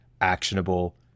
actionable